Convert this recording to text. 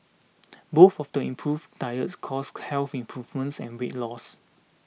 both of the improved diets caused health improvements and weight loss